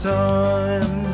time